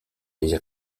les